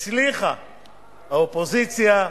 הצליחה האופוזיציה,